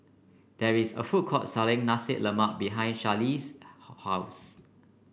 there is a food court selling Nasi Lemak behind Charlize's house